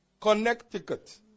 Connecticut